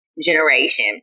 generation